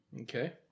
Okay